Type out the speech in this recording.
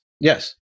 Yes